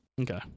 Okay